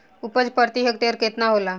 उपज प्रति हेक्टेयर केतना होला?